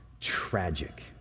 tragic